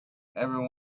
every